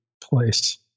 place